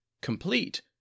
complete